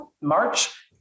March